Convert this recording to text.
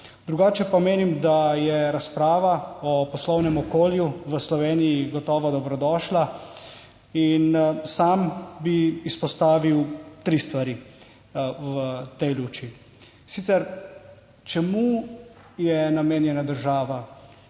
Drugače pa menim, da je razprava o poslovnem okolju v Sloveniji gotovo dobrodošla in sam bi izpostavil tri stvari v tej luči. Sicer, čemu je namenjena država?